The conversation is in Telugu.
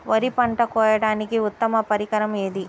వరి పంట కోయడానికి ఉత్తమ పరికరం ఏది?